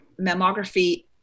mammography